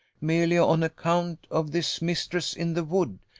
merely on account of this mistress in the wood,